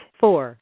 four